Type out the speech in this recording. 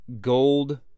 gold